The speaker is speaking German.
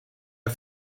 der